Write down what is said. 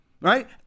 Right